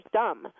dumb